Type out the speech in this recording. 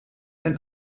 ein